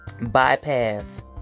bypass